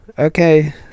Okay